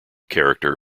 character